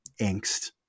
angst